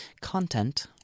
content